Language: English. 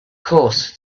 course